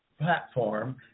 platform